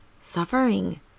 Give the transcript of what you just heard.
suffering